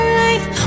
life